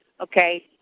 okay